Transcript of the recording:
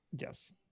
yes